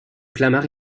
clamart